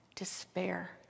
despair